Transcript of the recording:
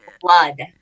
blood